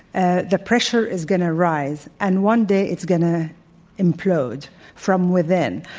ah the pressure is going to rise. and one day, it's going to implode from within.